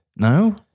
No